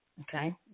okay